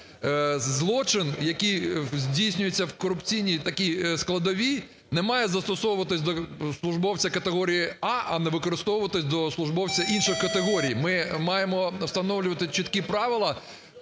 злочин, який здійснюється в корупційній такій складовій не має застосовуватися до службовця категорії А, а не використовуватись до службовця інших категорій. Ми маємо встановлювати чіткі правила,